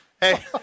Hey